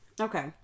Okay